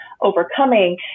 overcoming